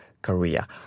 Korea